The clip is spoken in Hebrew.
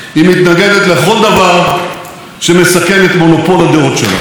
היא מתנגדת לכל דבר שמסכן את מונופול הדעות שלה.